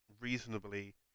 reasonably